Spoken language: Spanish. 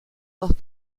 dos